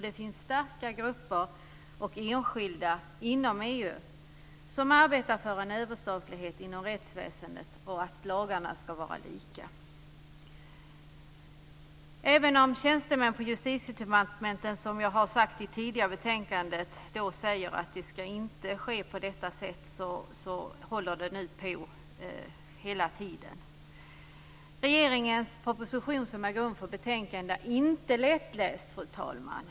Det finns starka grupper och enskilda inom EU som arbetar för en överstatlighet inom rättsväsendet, och att lagarna ska vara lika. Även om tjänstemän på Justitiedepartementet, som jag har sagt tidigare i betänkandet, säger att det inte ska ske på detta sätt så håller det nu hela tiden på att bli så. Regeringens proposition, som är grund för betänkandet, är inte lättläst, fru talman!